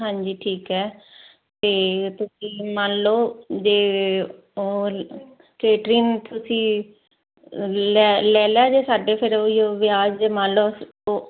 ਹਾਂਜੀ ਠੀਕ ਹੈ ਤੇ ਤੁਸੀਂ ਮੰਨ ਲਓ ਜੇ ਔਰ ਕੇਟਰਿੰਗ ਤੁਸੀਂ ਲੈ ਲੈਲਾ ਜੇ ਸਾਡੇ ਫਿਰ ਉਹੀ ਵਿਆਹ ਦੇ ਮੰਨ ਲਓ ਲੋ ਓ